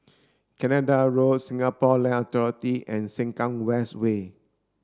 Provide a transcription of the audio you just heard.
Canada Road Singapore Land Authority and Sengkang West Way